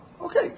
Okay